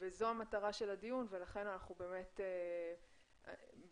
זו מטרת הדיון ולכן אנחנו באמת בקונצנזוס